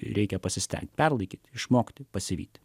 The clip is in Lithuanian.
reikia pasistengti perlaikyti išmokti pasivyti